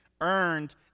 earned